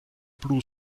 blue